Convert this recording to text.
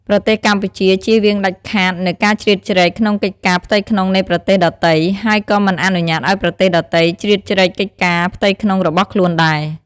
ប្រទេសកម្ពុជាចៀសវាងដាច់ខាតនូវការជ្រៀតជ្រែកក្នុងកិច្ចការផ្ទៃក្នុងនៃប្រទេសដទៃ ហើយក៏មិនអនុញ្ញាតឱ្យប្រទេសដទៃជ្រៀតជ្រែកកិច្ចការផ្ទៃក្នុងរបស់ខ្លួនដែរ។